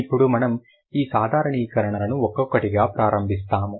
ఇప్పుడు మనము ఈ సాధారణీకరణలను ఒక్కొక్కటిగా ప్రారంభిస్తాము